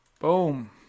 boom